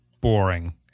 boring